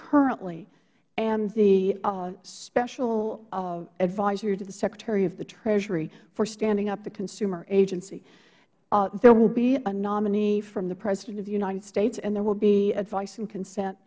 currently am the special advisor to the secretary of the treasury for standing up the consumer agency there will be a nominee from the president of the united states and there will be advice and consent